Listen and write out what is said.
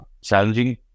challenging